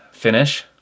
finish